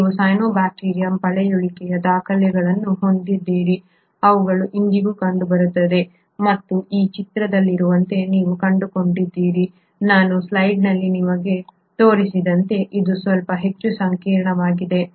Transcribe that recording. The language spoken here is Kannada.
ನೀವು ಸೈನೋಬ್ಯಾಕ್ಟೀರಿಯಂನ ಪಳೆಯುಳಿಕೆ ದಾಖಲೆಗಳನ್ನು ಹೊಂದಿದ್ದೀರಿ ಅವುಗಳು ಇಂದಿಗೂ ಕಂಡುಬರುತ್ತವೆ ಮತ್ತು ಈ ಚಿತ್ರದಲ್ಲಿರುವಂತೆ ನೀವು ಕಂಡುಕೊಂಡಿದ್ದೀರಿ ನಾನು ಈ ಸ್ಲೈಡ್ನಲ್ಲಿ ನಿಮಗೆ ತೋರಿಸಿದಂತೆ ಇದು ಸ್ವಲ್ಪ ಹೆಚ್ಚು ಸಂಕೀರ್ಣವಾಗಿದೆ